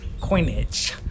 Coinage